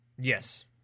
Yes